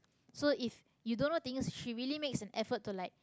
so if you don't know things she really makes an effort to like